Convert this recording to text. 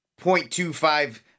0.25